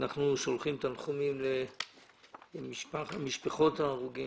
אנחנו שולחים תנחומים למשפחות ההרוגים